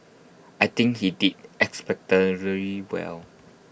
I think he did really well